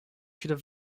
should